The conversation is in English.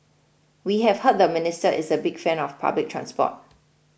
we have heard the minister is a big fan of public transport